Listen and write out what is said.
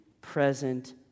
present